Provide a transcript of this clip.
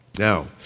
Now